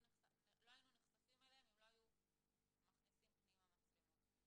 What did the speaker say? היינו נחשפים אליהם אם לא היו מכניסים פנימה מצלמות.